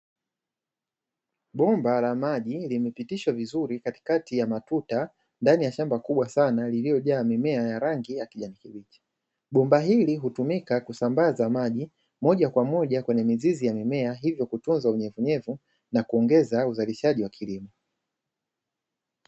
Bonba la maji limepitishiwa vizuri katikati ya matuta ndani ya shamba kubwa sana lililojaa nimea ya rangi ya kijani kibichi, bomba hili hutumika kusambaza maji moja kwa moja kwenye mizizi ya mimea, hivyo kutunza unyevunyevu na kuongeza uzalishaji wa kilimo.